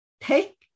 Take